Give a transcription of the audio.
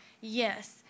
yes